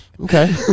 Okay